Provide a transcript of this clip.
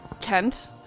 Kent